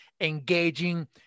engaging